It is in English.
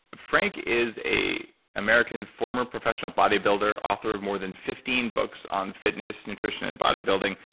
frank is a american former professional body builder. author of more than fifteen books on fitness, nutrition, and body building.